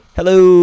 Hello